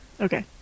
Okay